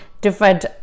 different